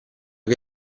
che